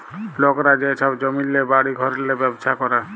লকরা যে ছব জমিল্লে, বাড়ি ঘরেল্লে ব্যবছা ক্যরে